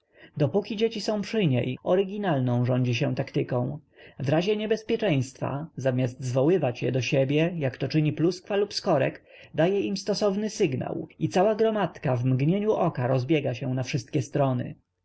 dopóki dzieci są przy niej oryginalną rządzi się taktyką w razie niebezpieczeństwa zamiast zwoływać je do siebie jak to czyni pluskwa lub skorek daje im stosowny sygnał i cała gromadka w mgnieniu oka rozbiega się na wszystkie strony